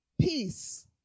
peace